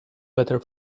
better